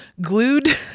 glued